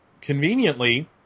conveniently